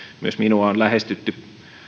myös minua on lähestytty